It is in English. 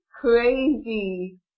crazy